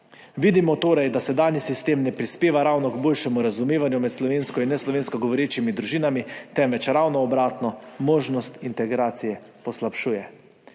Vidimo torej, da sedanji sistem ne prispeva ravno k boljšemu razumevanju med slovensko in neslovensko govorečimi družinami, temveč ravno obratno, možnost integracije poslabšuje.